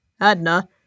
Adna